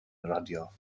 radio